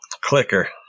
Clicker